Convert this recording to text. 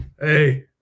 Hey